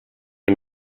and